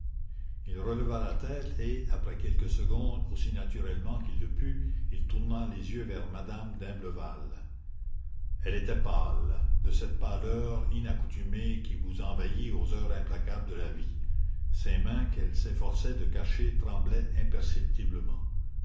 il releva la tête et après quelques secondes aussi naturellement qu'il le put il tourna les yeux vers m me d'imblevalle elle était pâle de cette pâleur inaccoutumée qui vous envahit aux heures implacables de la vie ses mains qu'elle s'efforçait de cacher tremblaient imperceptiblement